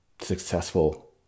successful